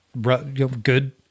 good